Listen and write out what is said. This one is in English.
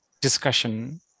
discussion